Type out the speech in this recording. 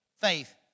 faith